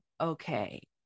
okay